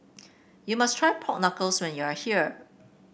you must try Pork Knuckles when you are here